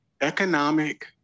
Economic